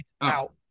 Out